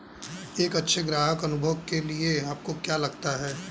एक अच्छे ग्राहक अनुभव के लिए आपको क्या लगता है?